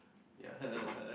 ya so